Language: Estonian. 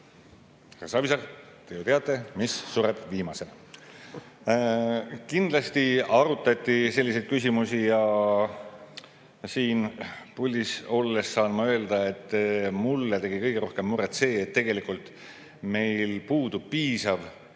Savisaar, te ju teate, mis sureb viimasena. Kindlasti arutati selliseid küsimusi ja siin puldis olles saan ma öelda, et mulle tegi kõige rohkem muret see, et tegelikult meil puudub piisav